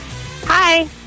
Hi